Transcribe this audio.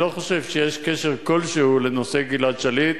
אני לא חושב שיש קשר כלשהו לנושא גלעד שליט.